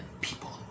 people